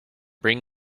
bring